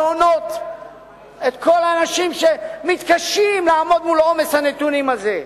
להונות את כל האנשים שמתקשים לעמוד מול עומס הנתונים הזה.